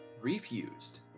refused